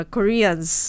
Koreans